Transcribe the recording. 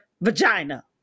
vagina